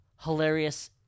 hilarious